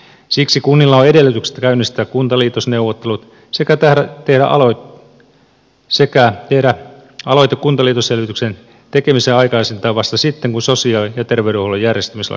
siksi kunnilla on edellytykset käynnistää kuntaliitosneuvottelut sekä tehdä aloite kuntaliitosselvityksen tekemiseen aikaisintaan vasta sitten kun sosiaali ja terveydenhuollon järjestämislaki on hyväksytty